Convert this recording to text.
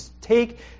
take